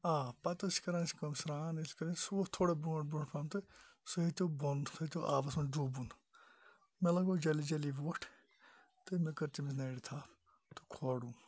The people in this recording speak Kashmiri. آ پَتہٕ ٲسۍ کَران أسۍ کٲم سران سُہ ووت تھوڑا برونٛٹھ برونٚٹھ پَہَن تہٕ سُہ ہیٚتیٚو بۄن سُہ ہیٚتیٚو آبَس مَنٛز ڈُبُن مےٚ لَگٲو جَلدی جَلدی ووٚٹھ تہٕ مےٚ کٔر تٔمِس نَرِ تھَپھ تہٕ کھولُم